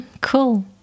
Cool